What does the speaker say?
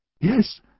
Yes